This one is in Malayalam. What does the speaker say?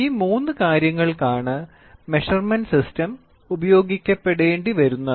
ഈ മൂന്ന് കാര്യങ്ങൾക്കാണ് മെഷർമെൻറ് സിസ്റ്റം ഉപയോഗിക്കപ്പെടേണ്ടി വരുന്നത്